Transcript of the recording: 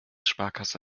sparkasse